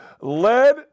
led